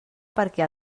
perquè